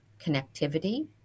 connectivity